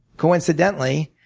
coincidentally,